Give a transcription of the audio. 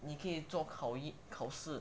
你可以做考试